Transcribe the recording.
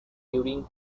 during